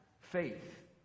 faith